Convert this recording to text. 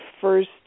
first